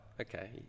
okay